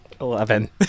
Eleven